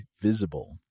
Visible